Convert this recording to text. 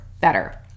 better